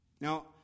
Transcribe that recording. Now